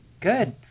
Good